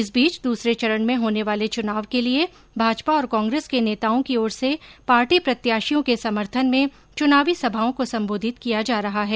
इस बीच दूसरे चरण में होने वाले चुनाव के लिये भाजपा और कांग्रेस के नेताओं की ओर से पार्टी प्रत्याशियों के समर्थन में चुनावी सभाओं को संबोधित किया जा रहा है